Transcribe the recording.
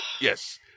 yes